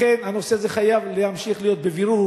לכן, הנושא הזה חייב להמשיך להיות בבירור.